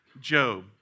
Job